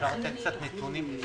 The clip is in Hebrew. אפשר לתת קצת נתונים?